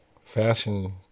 fashion